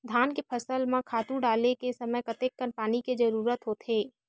धान के फसल म खातु डाले के समय कतेकन पानी के जरूरत होथे?